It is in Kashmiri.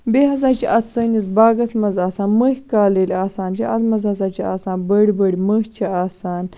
بیٚیہِ ہَسا چھِ اتھ سٲنِس باغَس مَنٛز آسان مٔہۍ کال ییٚلہِ آسان چھُ اتھ مَنٛز ہَسا چھ آسان بٔڑۍ بٔڑۍ مٔہۍ چھِ آسان